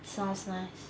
sounds nice